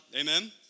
amen